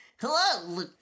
Hello